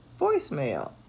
voicemail